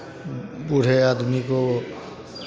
बूढ़े आदमी को